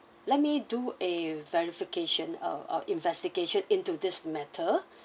let me do a verification uh or investigation into this matter